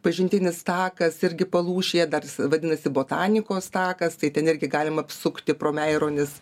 pažintinis takas irgi palūšėje dar jis vadinasi botanikos takas tai ten irgi galima apsukti pro meironis